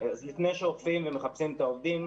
לפני שאוכפים ומחפשים את העובדים,